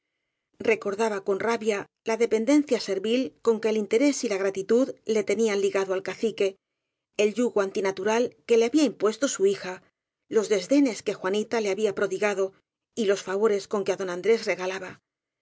recordaba con rabia la depen dencia servil con que el interés y la gratitud le te nían ligado al cacique el yugo antinatural que le había impuesto su hija los desdenes que juanita le había prodigado y los favores con que á don an drés regalaba